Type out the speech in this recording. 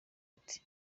ati